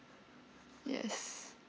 yes